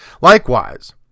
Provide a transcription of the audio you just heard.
Likewise